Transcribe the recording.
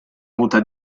muta